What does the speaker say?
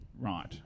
Right